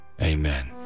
amen